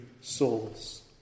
souls